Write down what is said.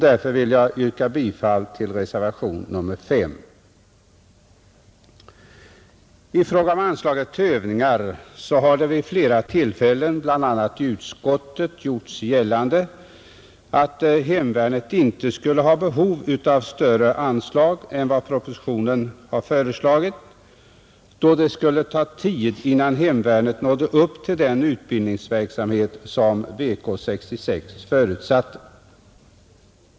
Därför kommer jag att yrka bifall till reservationen 5 I fråga om anslaget till övningar har det vid flera tillfällen bl.a. i utskottet gjorts gällande att hemvärnet inte skulle ha behov av större anslag än vad propositionen har föreslagit, då det skulle ta tid innan hemvärnet nådde upp till den utbildningsverksamhet som VK 66 förutsatte.